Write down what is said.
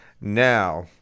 Now